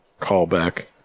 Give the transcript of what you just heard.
Callback